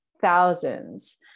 thousands